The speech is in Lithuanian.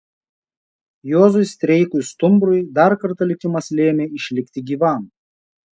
juozui streikui stumbrui dar kartą likimas lėmė išlikti gyvam